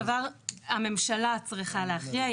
בסופו של דבר הממשלה צריכה להכריע.